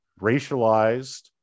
racialized